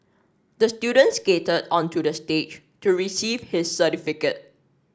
the student skated onto the stage to receive his certificate